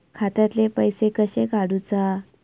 खात्यातले पैसे कशे काडूचा?